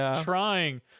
trying